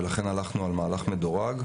ולכן הלכנו על מהלך מדורג.